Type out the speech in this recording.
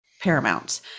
paramount